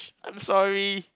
I'm sorry